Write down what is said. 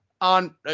on